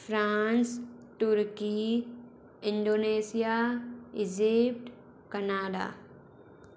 France Turkey Indonesia Egypt Canada